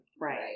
Right